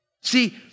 See